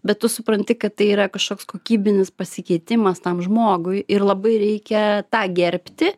bet tu supranti kad tai yra kažkoks kokybinis pasikeitimas tam žmogui ir labai reikia tą gerbti